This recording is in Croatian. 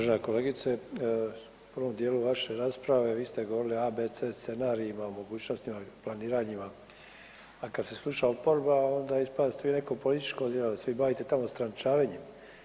Uvažena kolegice, u prvom dijelu vaše rasprave vi ste govorili o A, B, C scenarijima, o mogućnostima i planiranjima, a kad se sluša oporba onda ispada da ste vi neko političko djelo, da se vi bavite tamo strančarenjem.